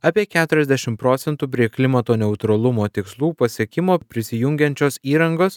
apie keturiasdešimt procentų prie klimato neutralumo tikslų pasiekimo prisijungiančios įrangos